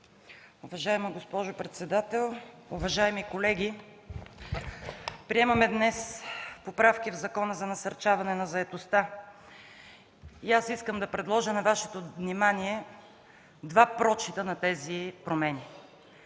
Уважаема госпожо председател, уважаеми колеги, днес приемаме поправки в Закона за насърчаване на заетостта и искам да предложа на вниманието Ви два прочита на тези промени.